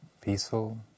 peaceful